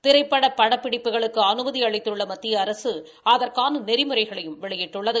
திரைப்பட படப்பிடிப்புகளுக்கு அனுமதி அளித்துள்ள மத்திய அரசு அதற்கான நெறிமுறைகளையும் வெளியிட்டுள்ளது